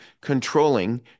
controlling